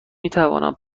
میتوانم